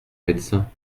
médecin